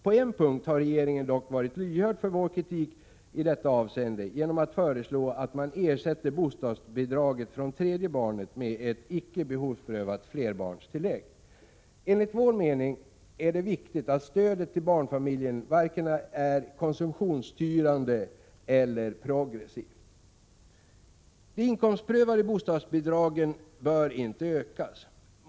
På en punkt har regeringen dock varit lyhörd för vår kritik i detta avseende — man föreslår att bostadsbidraget fr.o.m. tredje barnet ersätts med ett icke behovsprövat flerbarnstillägg. Enligt vår mening är det viktigt att stödet till barnfamiljerna inte är vare sig konsumtionsstyrande eller progressivt. De inkomstprövade bostadsbidragen bör inte ökas.